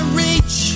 reach